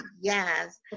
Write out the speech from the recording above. yes